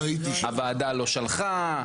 הוועדה לא שלחה.